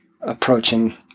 approaching